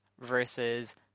versus